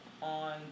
On